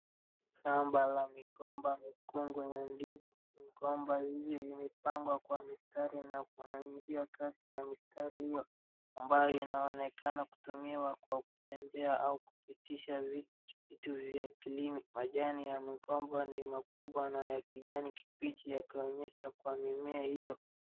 Shamba la migomba na mikungu ya ndizi, shamba hili limepangwa kwa mistari na kuna njia kati ya mistari hiyo ambayo inaonekana kutumiwa kwa kutembea au kupitisha vitu vya klini, majani ya migomba ni makubwa na ya kijani kibichi ya kuonyesha kwa mimea hiyo.